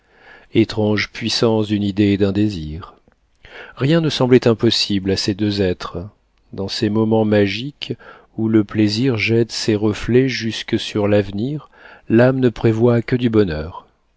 étrange puissance d'une idée et d'un désir rien ne semblait impossible à ces deux êtres dans ces moments magiques où le plaisir jette ses reflets jusque sur l'avenir l'âme ne prévoit que du bonheur